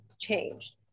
changed